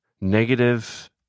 negative